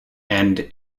and